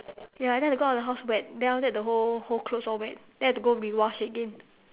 ya then I have to go out of the house wet then after that the whole whole clothes all wet then I have to go rewash again